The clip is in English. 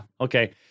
okay